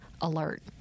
alert